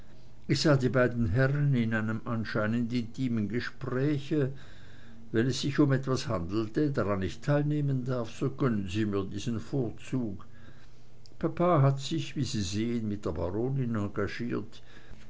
ich sah die beiden herren in einem anscheinend intimen gespräche wenn es sich um etwas handelte dran ich teilnehmen darf so gönnen sie mir diesen vorzug papa hat sich wie sie sehn mit der baronin engagiert